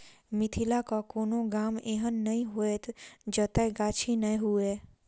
मिथिलाक कोनो गाम एहन नै होयत जतय गाछी नै हुए